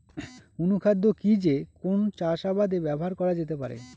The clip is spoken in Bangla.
অনুখাদ্য কি যে কোন চাষাবাদে ব্যবহার করা যেতে পারে?